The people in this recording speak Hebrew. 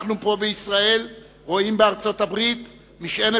אנחנו פה בישראל רואים בארצות-הברית משענת